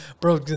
bro